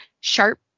sharp